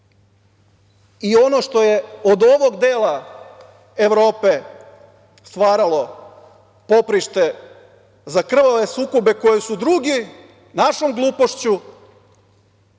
i ono što je od ovog dela Evrope stvaralo poprište za krvave sukobe, koje su drugi, našom glupošću,